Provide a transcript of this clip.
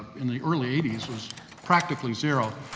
in the early eighty s was practically zero.